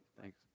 Thanks